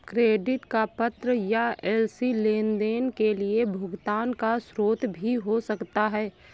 credit का पत्र या एल.सी लेनदेन के लिए भुगतान का स्रोत भी हो सकता है